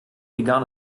begun